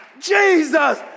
Jesus